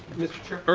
mr.